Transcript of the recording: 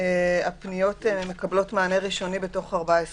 הפניות מקבלות מענה ראשוני בתוך 14 יום,